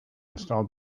installed